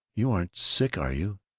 you aren't sick, are you?